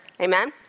Amen